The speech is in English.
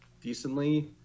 decently